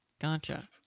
Gotcha